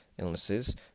illnesses